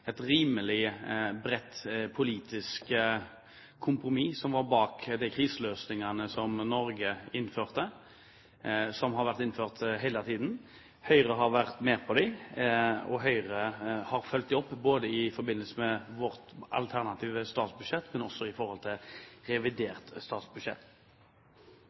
et rimelig bredt politisk kompromiss, som lå bak de kriseløsningene som Norge innførte, og som har vært der siden. Høyre har vært med på dem, og Høyre har fulgt dem opp både i forbindelse med vårt alternative statsbudsjett og i forhold til revidert statsbudsjett.